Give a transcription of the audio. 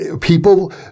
People